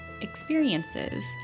experiences